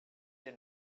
you